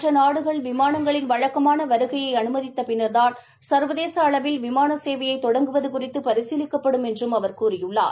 மற்ற நாடுகள் விமானங்களின் வழக்கமான வருகையை அனுமதித்த பின்னா்தான் சா்வதேச அளவில் விமான சேவையை தொடங்குவது குறித்து பரிசீலிக்கப்படும் என்றும் அவர் கூறியுள்ளார்